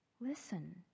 Listen